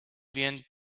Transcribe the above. während